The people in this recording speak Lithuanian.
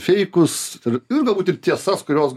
feikus ir ir galbūt ir tiesas kurios